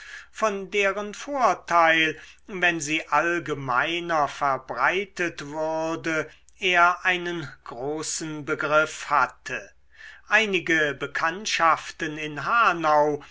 von deren vorteil wenn sie allgemeiner verbreitet würde er einen großen begriff hatte einige bekanntschaften in hanau